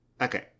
okay